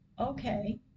okay